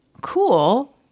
cool